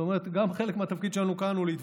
זאת אומרת, חלק מהתפקיד שלנו כאן הוא גם להתווכח,